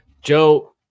Joe